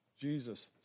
Jesus